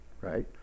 right